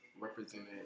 represented